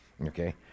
Okay